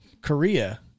Korea